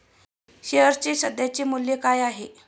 शेअर्सचे सध्याचे मूल्य काय आहे?